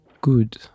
good